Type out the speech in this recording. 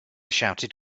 shouted